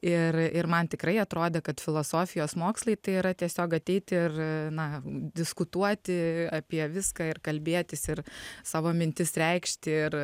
ir ir man tikrai atrodė kad filosofijos mokslai tai yra tiesiog ateiti ir na diskutuoti apie viską ir kalbėtis ir savo mintis reikšti ir